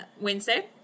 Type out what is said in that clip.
Wednesday